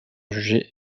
jugées